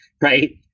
right